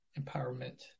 empowerment